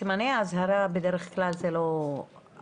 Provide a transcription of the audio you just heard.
סימני אזהרה הם בדרך כלל לא הכשרה.